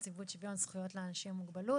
נציבות שוויון זכויות לאנשים עם מוגבלות.